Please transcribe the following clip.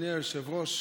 אדוני היושב-ראש,